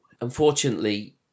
unfortunately